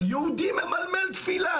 אבל יהודי ממלמל תפילה,